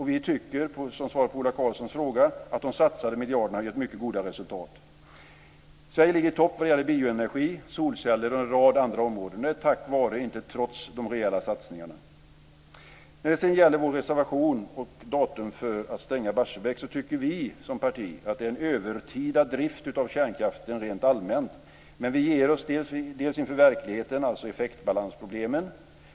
Vi tycker, som svar på Ola Karlssons fråga, att de satsade miljarderna gett mycket goda resultat. Sverige ligger i topp vad gäller bioenergi, solceller och en rad andra områden. Det är tack vare och inte trots de rejäla satsningarna. När det sedan gäller vår reservation mot datum för att stänga Barsebäck tycker vi som parti att det är en övertida drift av kärnkraften rent allmänt. Men vi ger oss inför verkligheten, alltså effektbalansproblemen.